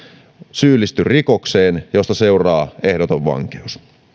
syyllisty rikokseen josta seuraa ehdoton vankeus